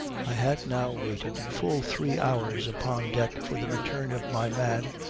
i had now waited full three hours upon deck for the return of my man,